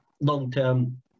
long-term